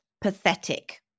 Pathetic